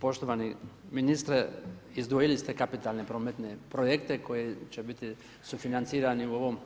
Poštovani ministre izdvojili ste kapitalne prometne projekte koji će biti sufinancirani u ovom